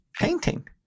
painting